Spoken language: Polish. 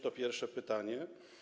To pierwsze pytanie.